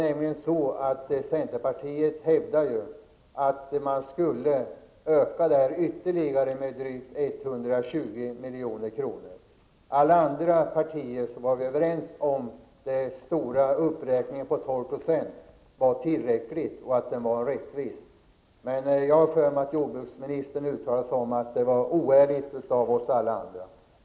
Centerpartiet hävdade ju att det skulle höjas ytterligare, med drygt 120 milj.kr. alla andra partier var vi överens om att den stora uppräkningen på 12 % var tillräcklig och att den var rättvis, men jag har för mig att jordbruksministern uttalade att detta var oärligt av oss.